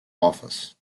office